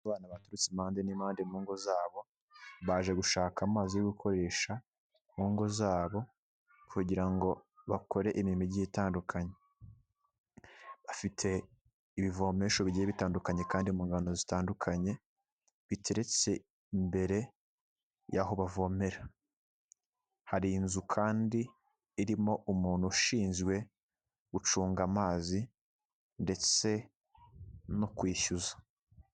Abana baturutse impande n'impande mu ngo zabo, baje gushaka amazi yo gukoresha mu ngo zabo, kugira ngo bakore imirimo igiye itandukanye. Bafite ibivomesho bigiye bitandukanye kandi mu ngando zitandukanye, biteretse imbere y'aho bavomera. Hari inzu kandi irimo umuntu ushinzwe gucunga amazi ndetse no kwishyuza.